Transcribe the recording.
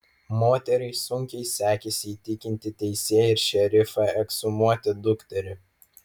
moteriai sunkiai sekėsi įtikinti teisėją ir šerifą ekshumuoti dukterį